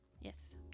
Yes